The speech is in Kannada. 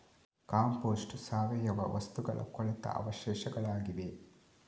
ಕಾಂಪೋಸ್ಟ್ ಸಾವಯವ ವಸ್ತುಗಳ ಕೊಳೆತ ಅವಶೇಷಗಳಾಗಿವೆ